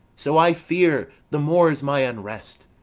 so i fear the more is my unrest.